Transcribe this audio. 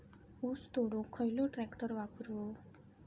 ऊस तोडुक खयलो ट्रॅक्टर वापरू?